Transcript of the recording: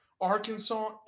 Arkansas